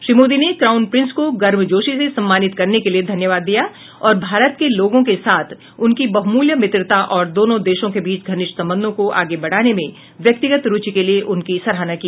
श्री मोदी ने crown prince को गर्मजोशी से सम्मानित करने के लिए धन्यवाद दिया और भारत के लोगों के साथ उनकी बहुमूल्य मित्रता और दोनों देशों के बीच घनिष्ठ संबंधों को आगे बढ़ाने में व्यक्तिगत रुचि के लिए उनकी सराहना की